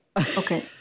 Okay